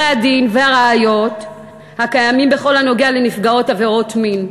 הדין והראיות הקיימים בכל הנוגע לנפגעות עבירות מין.